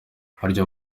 harya